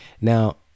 Now